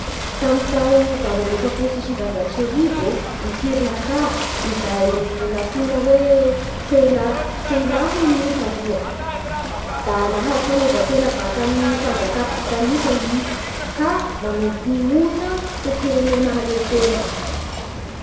Tamin'ny tao valo amby efapolo sy sivanjato sy arivo ô, i Sri Lanka izay nantsoina hoe Ceyla- Ceyla moa i io taloha da nahazo fahaleovan-tena baka amin'ny fanjakà britanika i ka nanomboky nihorina ho firene mahaleo tena.